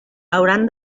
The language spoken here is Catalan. hauran